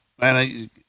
man